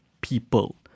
people